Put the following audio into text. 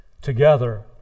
together